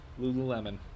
Lululemon